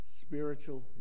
Spiritual